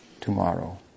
tomorrow